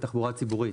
לתחבורה הציבורית